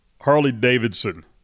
Harley-Davidson